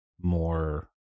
more